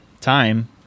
time